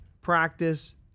practice